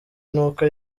n’uko